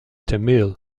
tamil